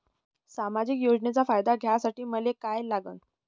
सामाजिक योजनेचा फायदा घ्यासाठी मले काय लागन?